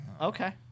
Okay